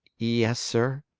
yes, sir,